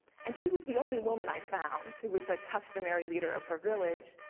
and she was the only woman i found who was a customary leader of her village.